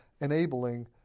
enabling